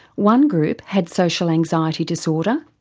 one group had social anxiety disorder,